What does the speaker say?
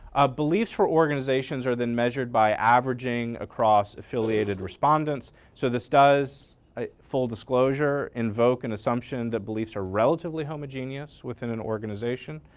beliefs for organizations are then measured by averaging across affiliated respondents, so this does a full disclosure, invoke an and assumption that beliefs are relatively homogenous within an organization,